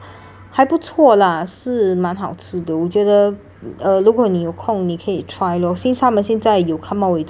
还不错啦是蛮好吃的我觉得 uh 如果你有空你可以 try lor since 他们现在有 come up with 这种